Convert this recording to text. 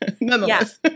nonetheless